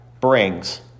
brings